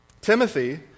Timothy